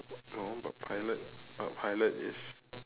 no but pilot but pilot is